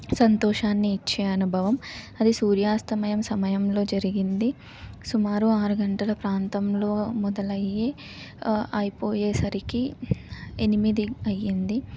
సంతోషాన్ని ఇచ్చే అనుభవం అది సూర్యాస్తమయం సమయంలో జరిగింది సుమారు ఆరు గంటల ప్రాంతంలో మొదలయ్యి అయిపోయే సరికి ఎనిమిది అయ్యింది